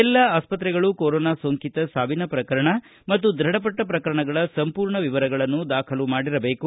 ಎಲ್ಲ ಆಸ್ಪತ್ರೆಗಳು ಕೊರೋನಾ ಸೋಂಕಿತ ಸಾವಿನ ಪ್ರಕರಣ ಮತ್ತು ದೃಢಪಟ್ಟ ಪ್ರಕರಣಗಳ ಸಂಪೂರ್ಣ ವಿವರಗಳನ್ನು ದಾಖಲು ಮಾಡಿರಬೇಕು